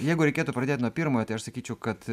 jeigu reikėtų pradėt nuo pirmojo tai aš sakyčiau kad